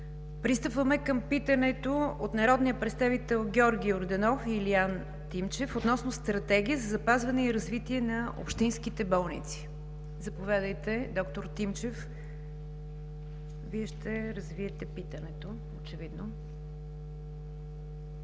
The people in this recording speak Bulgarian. Пристъпваме към питането от народните представители Георги Йорданов и Илиян Тимчев относно Стратегията за запазване и развитие на общинските болници. Заповядайте, д-р Тимчев, очевидно Вие ще развиете питането.